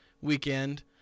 weekend